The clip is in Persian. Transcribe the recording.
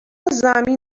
زمین